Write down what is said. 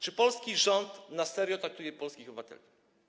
Czy polski rząd na serio traktuje polskich obywateli?